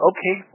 Okay